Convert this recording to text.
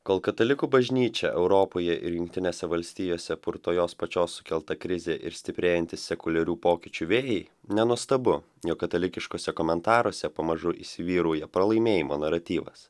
kol katalikų bažnyčią europoje ir jungtinėse valstijose purto jos pačios sukelta krizė ir stiprėjantys sekuliarių pokyčių vėjai nenuostabu jog katalikiškose komentaruose pamažu įsivyrauja pralaimėjimo naratyvas